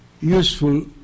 useful